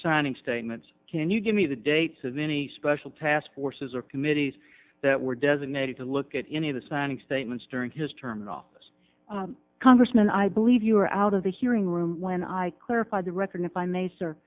signing statements can you give me the dates of any special task forces or committees that were designated to look at any of the signing statements during his term in office congressman i believe you are out of the hearing room when i clarify the record if i may sir